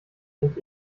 sind